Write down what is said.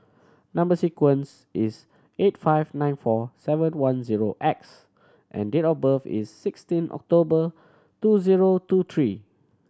number sequence is eight five nine four seven one zero X and date of birth is sixteen October two zero two three